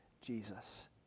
Jesus